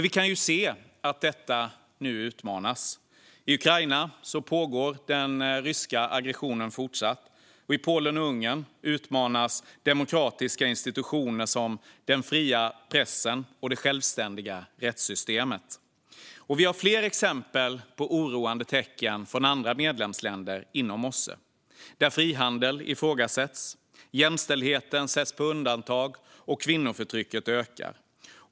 Vi kan ju se att dessa frågor nu utmanas. I Ukraina pågår den ryska aggressionen fortfarande. I Polen och Ungern utmanas demokratiska institutioner som den fria pressen och det självständiga rättssystemet. Vi har fler exempel på oroande tecken även från andra medlemsländer inom OSSE. Frihandel ifrågasätts. Jämställdheten sätts på undantag, och kvinnoförtrycket ökar.